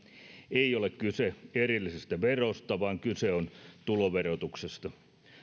ei ole kyse erillisestä verosta vaan kyse on tuloverotuksesta